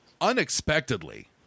Unexpectedly